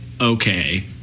okay